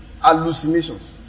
Hallucinations